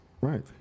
Right